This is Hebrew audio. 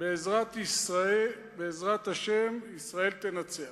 "בעזרת ה' ישראל תנצח".